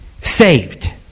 saved